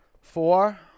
four